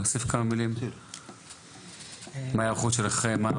להוסיף כמה מילים על ההיערכות שלכם?